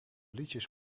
liedjes